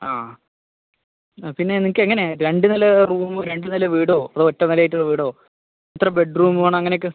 ആ പിന്നെ നിങ്ങൾക്കെങ്ങനെ രണ്ടുനില റൂം രണ്ടുനില വീടോ അതോ ഒറ്റ നിലയായിട്ടുള്ള വീടോ എത്ര ബെഡ് റൂം വേണം അങ്ങനെയൊക്കെ